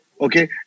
Okay